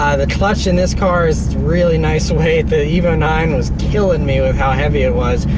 ah the clutch in this car is a really nice weight. the evo nine was killing me with how heavy it was.